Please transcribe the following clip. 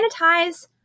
sanitize